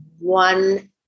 one